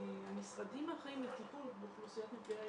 המשרדים האחראיים לטיפול באוכלוסיות נפגעי